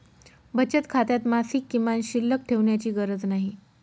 बचत खात्यात मासिक किमान शिल्लक ठेवण्याची गरज नाही